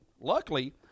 Luckily